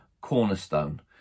cornerstone